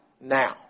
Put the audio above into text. now